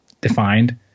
defined